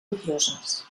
odioses